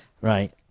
right